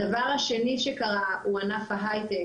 הדבר השני שקרה הוא ענף ההייטק